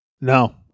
No